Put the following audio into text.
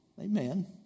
Amen